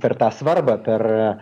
per tą svarbą per